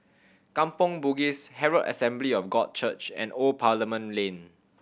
Kampong Bugis Herald Assembly of God Church and Old Parliament Lane